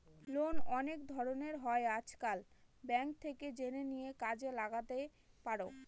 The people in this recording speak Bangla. লোন অনেক ধরনের হয় আজকাল, ব্যাঙ্ক থেকে জেনে নিয়ে কাজে লাগাতেই পারো